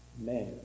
man